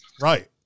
right